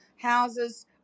houses